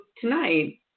tonight